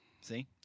See